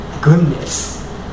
goodness